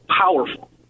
powerful